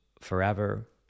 forever